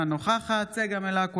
אינה נוכחת צגה מלקו,